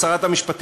של שרת המשפטים,